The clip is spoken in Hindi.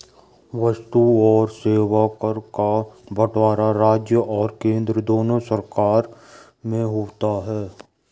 वस्तु और सेवा कर का बंटवारा राज्य और केंद्र दोनों सरकार में होता है